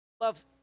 loves